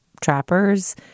Trappers